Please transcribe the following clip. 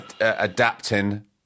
adapting